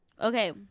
Okay